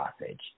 sausage